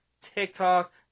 TikTok